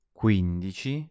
quindici